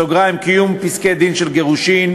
(קיום פסקי-דין של גירושין),